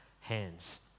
hands